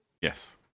yes